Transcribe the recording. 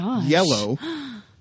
yellow